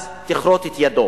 אז תכרות את ידו.